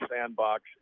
sandbox